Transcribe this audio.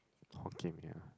Hokkien-Mee ah